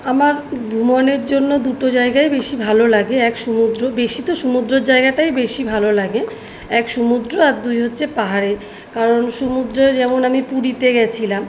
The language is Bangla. আমার ভ্ৰমণের জন্য দুটো জায়গাই বেশি ভালো লাগে এক সমুদ্র বেশি তো সমুদ্রর জায়গাটাই বেশি ভালো লাগে এক সমুদ্র আর দুই হচ্ছে পাহাড়ে কারণ সমুদ্রে যেমন আমি পুরীতে গিয়েছিলাম